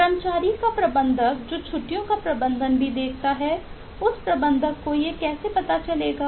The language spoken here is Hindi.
कर्मचारी का प्रबंधक जो छुट्टियों का प्रबंधन भी देखता है उस प्रबंधक को यह कैसे पता चलेगा